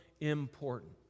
important